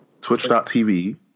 Twitch.tv